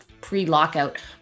pre-lockout